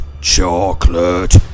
chocolate